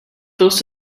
post